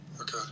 Okay